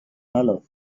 hollow